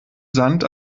sand